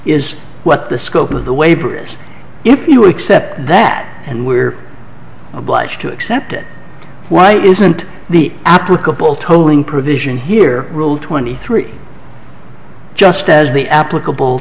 is what the scope of the waivers if you accept that and we're obliged to accept it why isn't the applicable tolling provision here rule twenty three just as the applicable